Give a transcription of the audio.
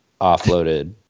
offloaded